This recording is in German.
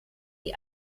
die